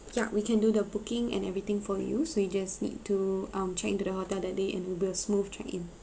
yup we can do the booking and everything for you so you just need to um check in to the hotel that day in a with a smooth check in